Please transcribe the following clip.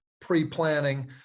pre-planning